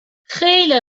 خیله